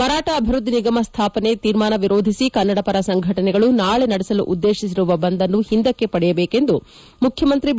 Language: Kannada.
ಮರಾಠ ಅಭಿವೃದ್ದಿ ನಿಗಮ ಸ್ಥಾಪನೆ ತೀರ್ಮಾನ ವಿರೋಧಿಸಿ ಕನ್ನಡಪರ ಸಂಘಟನೆಗಳು ನಾಳೆ ನಡೆಸಲು ಉದ್ದೇಶಿಸಿರುವ ಬಂದ್ನ್ನು ಹಿಂದಕ್ಕೆ ಪಡೆಯಬೇಕು ಎಂದು ಮುಖ್ಯಮಂತ್ರಿ ಬಿ